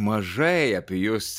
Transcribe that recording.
mažai apie jus